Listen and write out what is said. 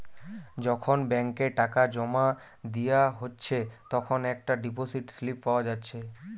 যখন ব্যাংকে টাকা জোমা দিয়া হচ্ছে তখন একটা ডিপোসিট স্লিপ পাওয়া যাচ্ছে